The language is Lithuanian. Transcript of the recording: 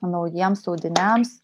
naujiems audiniams